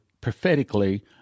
prophetically